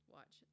Watch